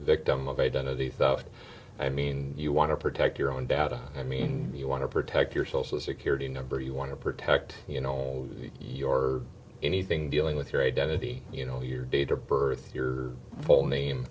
victim of identity theft i mean you want to protect your own data i mean you want to protect your social security number you want to protect you know your anything dealing with your identity you know your date of birth your full